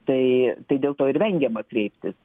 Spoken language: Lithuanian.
tai tai dėl to ir vengiama kreiptis